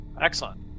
excellent